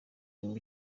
nibwo